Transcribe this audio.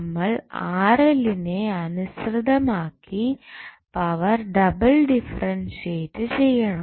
നമ്മൾ ലിനെ അനുസൃതം ആക്കി പവർ ഡബിൾ ഡിഫറെന്റിയേറ്റ് ചെയ്യണം